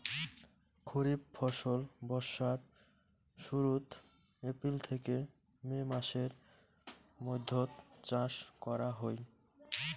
খরিফ ফসল বর্ষার শুরুত, এপ্রিল থেকে মে মাসের মৈধ্যত চাষ করা হই